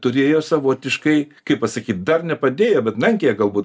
turėjo savotiškai kaip pasakyt dar nepadėjo bet lenkija galbūt